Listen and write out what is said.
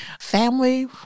family